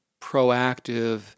proactive